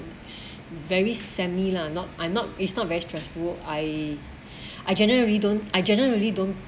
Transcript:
it's very semi lah not I'm not it's not very stressful I I generally don't I generally don't